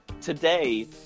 today